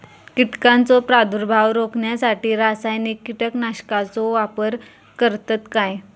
कीटकांचो प्रादुर्भाव रोखण्यासाठी रासायनिक कीटकनाशकाचो वापर करतत काय?